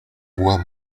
vois